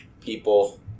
people